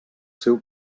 seu